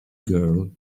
girl